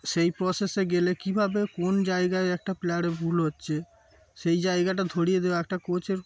সেই প্রসেসে গেলে কীভাবে কোন জায়গায় একটা প্লেয়ারের ভুল হচ্ছে সেই জায়গাটা ধরিয়ে দেওয়া একটা কোচের